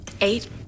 Eight